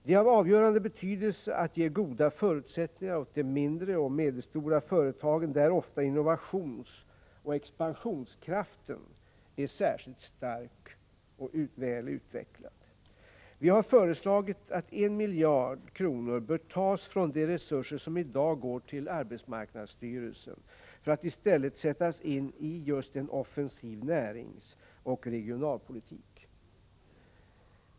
Det är av avgörande betydelse att man ger goda förutsättningar åt de mindre och medelstora företagen, där ofta innovationsoch expansionskraften är särskilt stark och välutvecklad. Vi har föreslagit att en miljard kronor skall tas från de resurser som i dag går till arbetsmarknadsstyrelsen för att i stället sättas in i en offensiv näringsoch regionalpolitik.